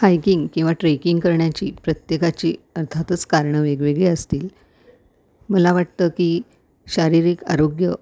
hiking किंवा trekking करण्याची प्रत्येकाची अर्थातच कारणं वेगवेगळे असतील मला वाटतं की शारीरिक आरोग्य